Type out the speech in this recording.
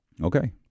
Okay